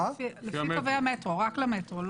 לפי קווי המטרו, רק למטרו.